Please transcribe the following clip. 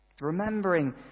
Remembering